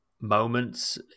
moments